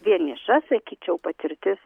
vieniša sakyčiau patirtis